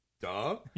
duh